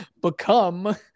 become